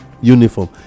uniform